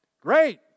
Great